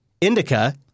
indica